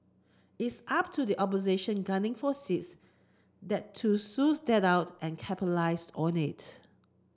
it's up to the opposition gunning for seats there to suss that out and capitalise on it